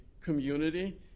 community